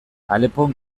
alepon